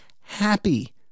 happy